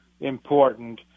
important